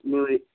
ನೋಡಿ